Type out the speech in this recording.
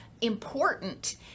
important